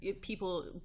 people